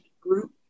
group